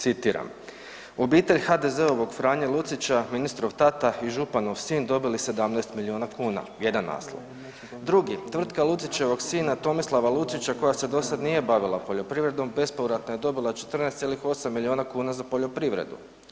Citiram, obitelj HDZ-ova Franje Lucića ministrov tata i županov sin dobili 17 miliona kuna, jedan naslov, drugi tvrtka Lucićevog sina Tomislava Lucića koja se dosada nije bavila poljoprivredom bespovratno je dobila 14,8 milijuna kuna za poljoprivredu.